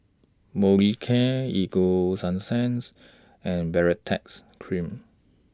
Molicare Ego Sunsense and Baritex Cream